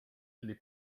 les